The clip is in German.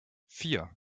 vier